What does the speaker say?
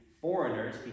foreigners